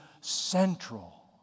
central